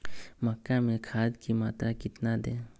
मक्का में खाद की मात्रा कितना दे?